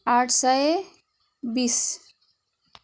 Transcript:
आठ सय बिस